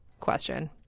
question